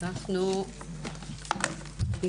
בוקר טוב, חברי הכנסת היקרים.